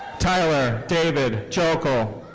tyler david jokiel.